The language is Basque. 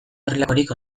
horrelakorik